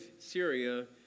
Syria